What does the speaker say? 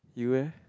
you eh